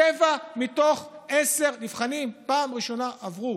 שבעה מתוך עשרה נבחנים פעם ראשונה עברו.